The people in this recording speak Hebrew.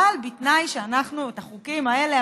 אבל בתנאי שאת החוקים האלה,